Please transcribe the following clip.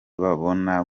babona